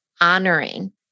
honoring